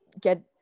get